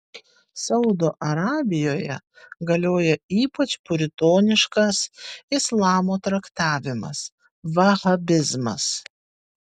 saudo arabijoje galioja ypač puritoniškas islamo traktavimas vahabizmas